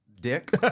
dick